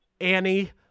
Annie